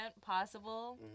possible